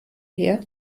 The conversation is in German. her